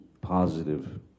positive